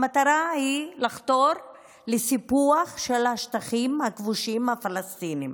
שהמטרה היא לחתור לסיפוח של השטחים הכבושים הפלסטיניים.